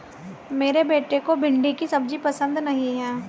मेरे बेटे को भिंडी की सब्जी पसंद नहीं है